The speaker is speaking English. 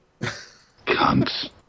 Cunts